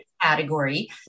category